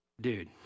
dude